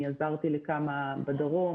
אני עזרתי לכמה בדרום.